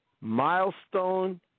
Milestone